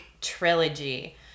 trilogy